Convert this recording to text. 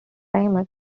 timer